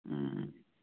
ꯎꯝ